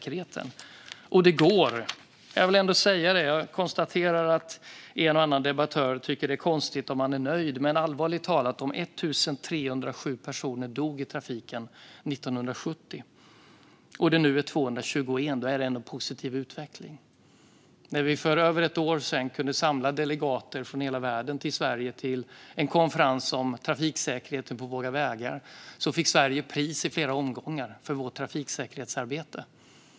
En och annan debattör tycker att det är konstigt att jag är nöjd. Men allvarligt talat, att 1 307 personer dog i trafiken 1970 och nu 221 är ändå en positiv utveckling. När vi för något år sedan kunde samla delegater från hela världen i Sverige och en konferens om trafiksäkerhet på vägarna fick Sverige pris i flera omgångar för sitt trafiksäkerhetsarbete.